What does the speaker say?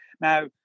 Now